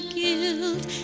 guilt